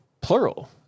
plural